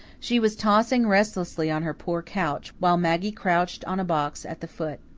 she was tossing restlessly on her poor couch, while maggie crouched on a box at the foot.